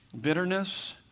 bitterness